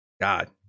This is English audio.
God